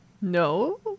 no